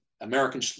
American